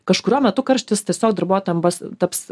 kažkuriuo metu karštis tiesiog darbuotojam pas taps